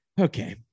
Okay